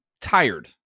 tired